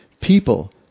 People